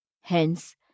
Hence